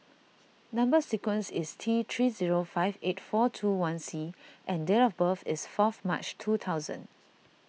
Number Sequence is T three zero five eight four two one C and date of birth is fourth March two thousand